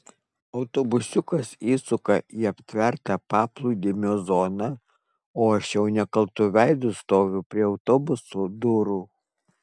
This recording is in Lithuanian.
autobusiukas įsuka į aptvertą paplūdimio zoną o aš jau nekaltu veidu stoviu prie autobuso durų